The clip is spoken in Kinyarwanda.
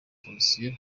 opozisiyo